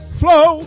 flow